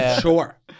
Sure